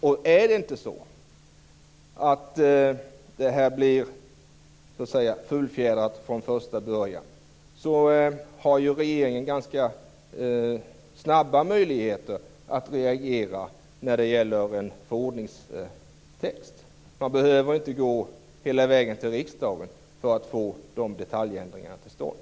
Om det inte blir fullfjädrat från första början har regeringen möjligheter att reagera ganska snabbt när det gäller förordningstexten. Man behöver inte gå hela vägen till riksdagen för att få de detaljändringarna till stånd.